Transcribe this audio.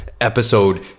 episode